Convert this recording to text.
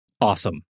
awesome